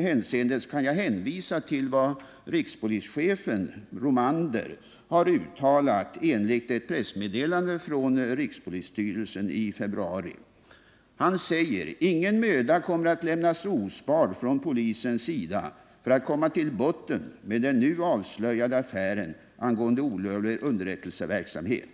hänseende kan jag hänvisa till vad rikspolischefen Romander har uttalat enligt ett pressmeddelande från rikspolisstyrelsen i februari: ”Ingen möda kommer att lämnas ospard från polisens sida för att komma till botten med den nu avslöjade affären angående olovlig underrättelseverksamhet.